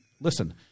listen